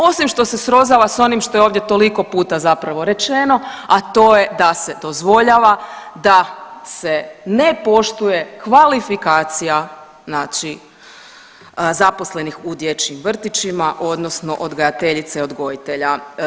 Osim što se srozava s onim što je ovdje toliko puta zapravo rečeno, a to je da se dozvoljava da se ne poštuje kvalifikacija znači zaposlenih u dječjim vrtićima odnosno odgajateljice i odgojitelja.